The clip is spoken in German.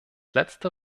letzte